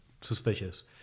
suspicious